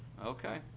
Okay